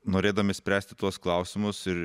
norėdami spręsti tuos klausimus ir